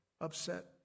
upset